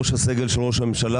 ראש הסגל של ראש הממשלה,